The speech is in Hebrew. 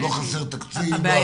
לא חסר תקציב בעשרה מיליון?